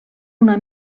una